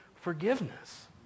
forgiveness